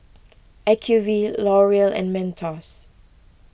Acuvue L'Oreal and Mentos